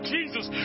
Jesus